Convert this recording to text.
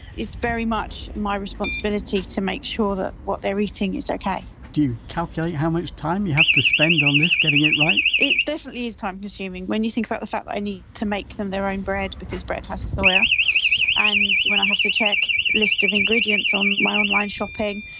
it's very much my responsibility to make sure that what they're eating is okay do you calculate how much time you have to spend on this, getting it right? it definitely is time consuming, when you think about the fact that i need to make them their own bread because bread has soya and when i have to check lists of ingredients on my online shopping,